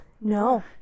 No